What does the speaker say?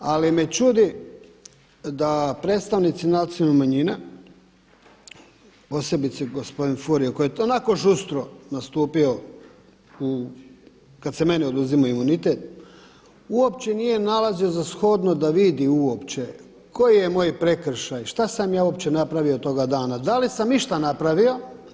Ali me čudi da predstavnici nacionalnih manjina posebice gospodin Furio koji je tu onako žustro nastupio kad se meni oduzimao imunitet uopće nije nalazio za shodno da vidi uopće koji je moj prekršaj, šta sam ja uopće napravio toga dana, da li sam išta napravio?